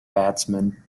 batsman